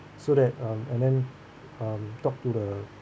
so that um and then um talk to the